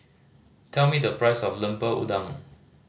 tell me the price of Lemper Udang